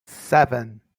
seven